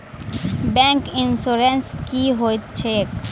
Bank insurance की होइत छैक?